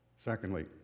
Secondly